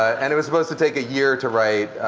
and it was supposed to take a year to write.